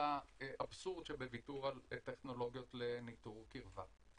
האבסורד שבוויתור על טכנולוגיות לניטור קירבה.